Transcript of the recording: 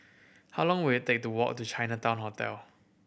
how long will it take to walk to Chinatown Hotel